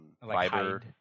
fiber